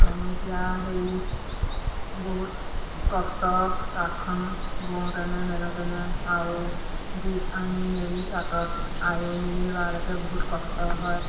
আৰু এতিয়া সেই বহুত কষ্ট তাঁতখন বওঁতেনে মেলোঁতেনে আৰু দিঘ আনি মেলি তাঁতত আঁৰি মেলি লোৱালৈকে বহুত কষ্ট হয়